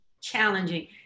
challenging